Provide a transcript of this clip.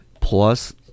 plus